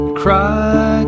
cry